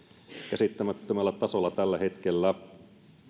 käsittämättömällä tasolla tällä hetkellä